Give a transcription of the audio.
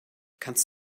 kannst